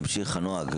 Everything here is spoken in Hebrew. שימשיך הנוהג.